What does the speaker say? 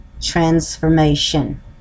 transformation